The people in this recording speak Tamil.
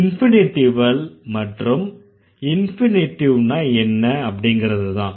இன்ஃபினிட்டிவல் மற்றும் இன்ஃபினிடிவ்ன்னா என்ன அப்படிங்கறதுதான்